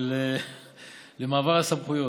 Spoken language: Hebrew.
למעבר הסמכויות.